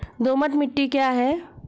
दोमट मिट्टी क्या है?